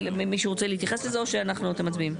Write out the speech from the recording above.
מישהו רוצה להתייחס לזה, או שאתם מצביעים?